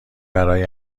برای